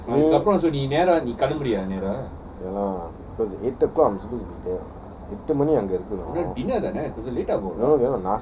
tamil ல எ பேசு:la ye peasu ya cause eight o'clock I'm supposed to be there எத்துண மணிக்கு இருக்கணும்:ettuna manikku irkkanum